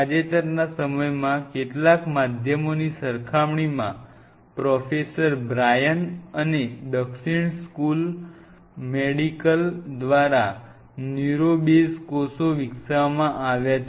તાજેતરના સમયમાં કેટલાક માધ્યમોની સરખામણીમાં પ્રોફેસર બ્રાયન અને દક્ષિણ મેડિકલ સ્કૂલ દ્વારા ન્યુરો બેઝ કોષો વિકસાવવામાં આવ્યા છે